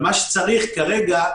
מה שצריך כרגע,